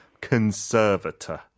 conservator